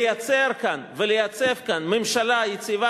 לייצר כאן ולייצב כאן ממשלה יציבה,